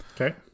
Okay